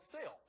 sale